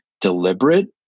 deliberate